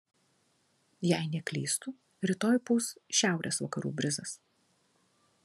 jei neklystu rytoj pūs šiaurės vakarų brizas